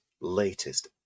latest